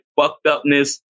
fucked-upness